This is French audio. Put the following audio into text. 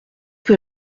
que